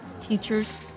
teachers